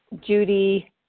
Judy